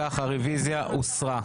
אם כך הרביזיה הוסרה.